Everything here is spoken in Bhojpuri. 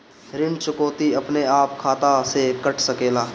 ऋण चुकौती अपने आप खाता से कट सकेला?